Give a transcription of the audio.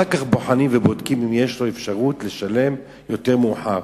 אחר כך בוחנים ובודקים אם יש לו אפשרות לשלם יותר מאוחר.